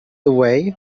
away